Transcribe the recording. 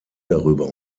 darüber